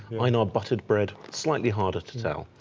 einar buttered-bread, slightly harder to tell.